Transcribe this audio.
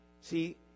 See